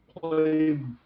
played